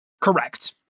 Correct